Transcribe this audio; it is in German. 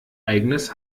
eigenes